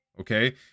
Okay